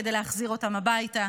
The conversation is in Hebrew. כדי להחזיר אותם הביתה.